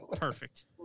Perfect